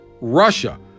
Russia